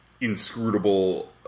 inscrutable